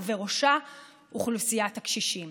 ובראשה אוכלוסיית הקשישים.